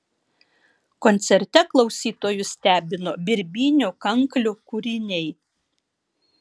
koncerte klausytojus stebino birbynių kanklių kūriniai